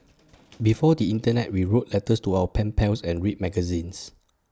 before the Internet we wrote letters to our pen pals and read magazines